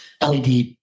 LED